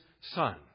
Son